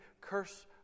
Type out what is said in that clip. curse